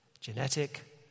genetic